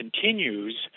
continues